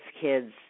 kids